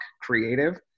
creative